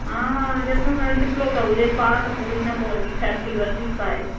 हा घटि में घटि अधि किलो त हुजे पाउ त पूरी न पवंदी फैमिली वधीक आहे